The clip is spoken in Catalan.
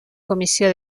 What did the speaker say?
comissió